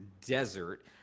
desert